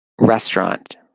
restaurant